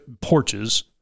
porches